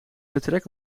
vertrek